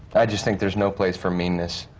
i just think there's no place for meanness.